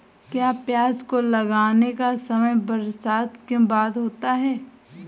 क्या प्याज को लगाने का समय बरसात के बाद होता है?